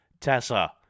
Tessa